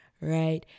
right